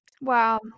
Wow